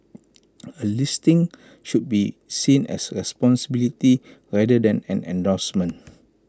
A listing should be seen as A responsibility rather than an endorsement